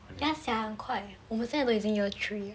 要想很快我们现在有 three 了